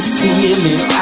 feeling